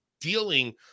dealing